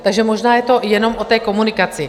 Takže možná je to jenom o té komunikaci.